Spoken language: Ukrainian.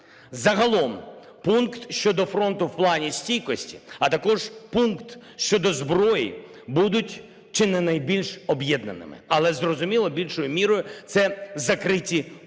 Загалом пункт щодо фронту в плані стійкості, а також пункт щодо зброї будуть чи не найбільш об'єднаними. Але, зрозуміло, більшою мірою це закриті пункти.